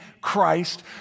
Christ